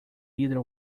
either